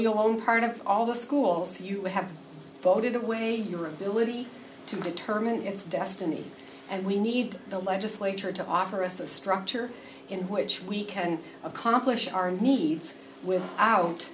part of all the schools you have floated away your ability to determine its destiny and we need the legislature to offer us a structure in which we can accomplish our needs with out